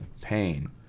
pain